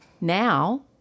now